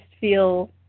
feel